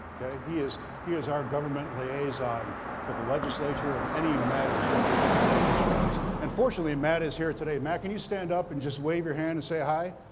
he is he is our government liaison for the legislature and any matters government relations wise. and fortunately, matt is here today. matt, can you stand up and just wave your hand and say hi?